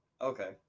okay